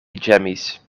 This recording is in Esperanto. ĝemis